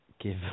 give